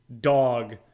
dog